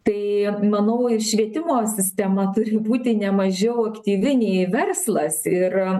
tai manau ir švietimo sistema turi būti nemažiau aktyvi nei verslas ir